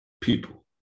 people